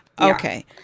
Okay